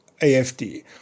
AFD